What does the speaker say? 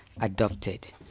adopted